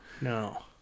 No